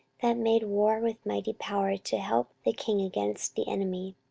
that made war with mighty power, to help the king against the enemy.